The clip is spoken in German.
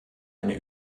eine